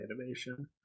animation